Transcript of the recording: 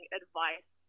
advice